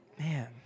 Man